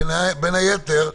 בין היתר,